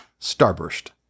Starburst